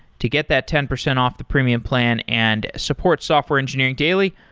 to get that ten percent off the premium plan and support software engineering daily,